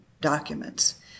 documents